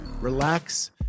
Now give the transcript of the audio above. relax